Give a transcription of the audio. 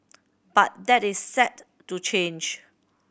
but that is set to change